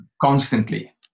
constantly